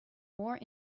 more